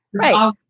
Right